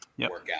Workout